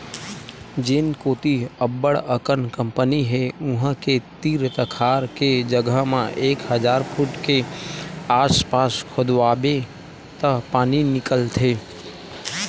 जेन कोती अब्बड़ अकन कंपनी हे उहां के तीर तखार के जघा म एक हजार फूट के आसपास खोदवाबे त पानी निकलथे